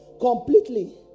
completely